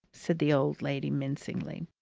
said the old lady mincingly.